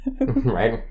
Right